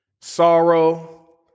sorrow